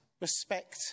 respect